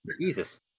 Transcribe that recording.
Jesus